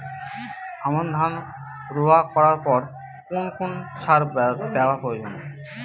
আমন ধান রোয়া করার পর কোন কোন সার দেওয়া প্রয়োজন?